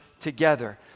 together